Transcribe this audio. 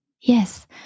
Yes